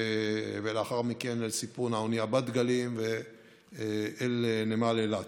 ולאחר מכן אל סיפון האונייה בת גלים ואל נמל אילת.